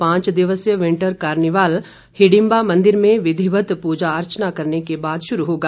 पांच दिवसीय winter carnival Hidimba मंदिर में विधिवत पूजा अर्चना करने के बाद शुरू होगा